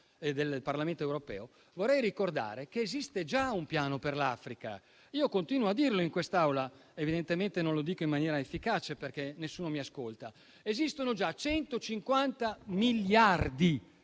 e del Parlamento europeo - che esiste già un piano per l'Africa. Continuo a dirlo in quest'Aula, ma evidentemente non lo dico in maniera efficace, perché nessuno mi ascolta. Esistono già 150 miliardi